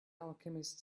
alchemist